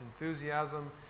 enthusiasm